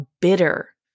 bitter